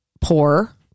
poor